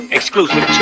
Exclusive